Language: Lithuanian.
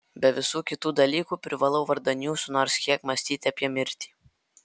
be visų kitų dalykų privalau vardan jūsų nors kiek mąstyti apie mirtį